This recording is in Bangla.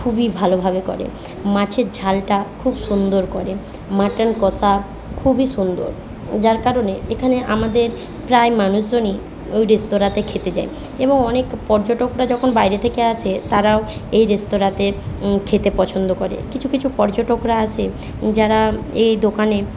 খুবই ভালোভাবে করে মাছের ঝালটা খুব সুন্দর করে মাটন কষা খুবই সুন্দর যার কারণে এখানে আমাদের প্রায় মানুষজনই ওই রেস্তরাঁতে খেতে যায় এবং অনেক পর্যটকরা যখন বাইরে থেকে আসে তারাও এই রেস্তরাঁতে খেতে পছন্দ করে কিছু কিছু পর্যটকরা আসে যারা এই দোকানের